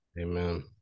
Amen